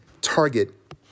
target